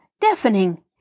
deafening